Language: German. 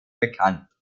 bekannt